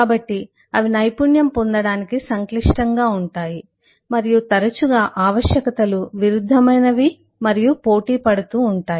కాబట్టి అవి నైపుణ్యం పొందటానికి సంక్లిష్టంగా ఉంటాయి మరియు తరచుగా ఆవశ్యకత లు విరుద్ధమైనవి మరియు పోటీ పడుతూ ఉంటాయి